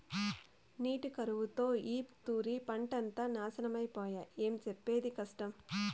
నీటి కరువుతో ఈ తూరి పంటంతా నాశనమై పాయె, ఏం సెప్పేది కష్టం